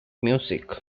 music